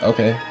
Okay